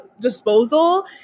disposal